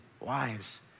wives